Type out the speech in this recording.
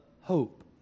hope